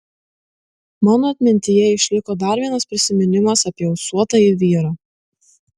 mano atmintyje išliko dar vienas prisiminimas apie ūsuotąjį vyrą